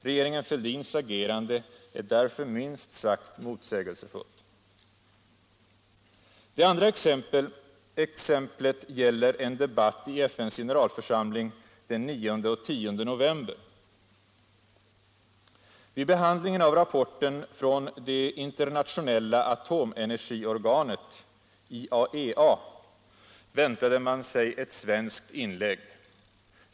Regeringen Fälldins agerande är därför minst sagt motsägelsefullt. Det andra exemplet gäller en debatt i FN:s generalförsamling den 9 och 10 november. Vid behandlingen av rapporten från det internationella atomenergiorganet, IAEA, väntade man sig ett svenskt inlägg.